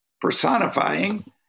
personifying